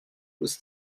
was